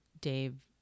Dave